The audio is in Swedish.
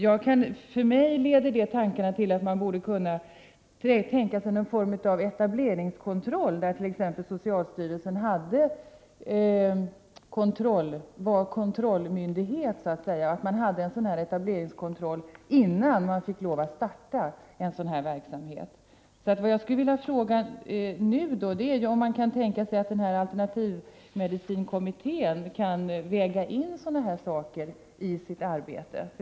Jag tycker att man borde kunna tänka sig någon form av etableringskontroll, där t.ex. socialstyrelsen var kontrollmyndighet. Sådan etableringskontroll skulle ske innan sådan här verksamhet fick lov att starta. Jag skulle vilja fråga om man kan tänka sig att alternativmedicinkommittén väger in sådana här förslag i sitt arbete.